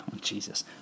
Jesus